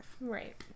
Right